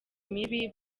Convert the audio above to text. mibi